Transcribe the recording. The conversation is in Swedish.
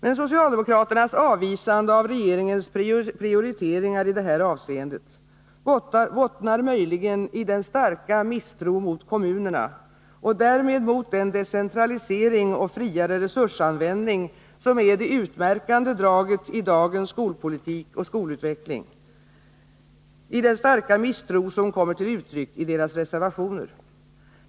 Men socialdemokraternas avvisande av regeringens prioriteringar i detta avseende bottnar möjligen i den starka misstro mot kommunerna — och därmed mot den decentralisering och friare resursanvändning som är det utmärkande draget i dagens skolpolitik och skolutveckling — som kommer till uttryck i deras reservationer.